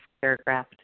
paragraph